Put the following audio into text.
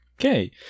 Okay